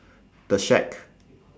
the shack